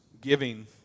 giving